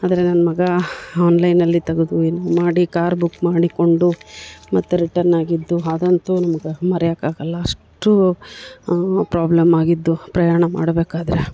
ಆದರೆ ನನ್ನ ಮಗ ಆನ್ಲೈನಲ್ಲಿ ತೆಗೆದು ಏನೋ ಮಾಡಿ ಕಾರ್ ಬುಕ್ ಮಾಡಿಕೊಂಡು ಮತ್ತೆ ರಿಟನ್ ಆಗಿದ್ದು ಅದಂತೂ ನಮ್ಗೆ ಮರೆಯಕ್ಕಾಗಲ್ಲ ಅಷ್ಟು ಪ್ರಾಬ್ಲಮ್ ಆಗಿದ್ದು ಪ್ರಯಾಣ ಮಾಡ್ಬೇಕಾದ್ರೆ